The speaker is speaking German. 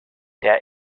der